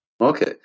Okay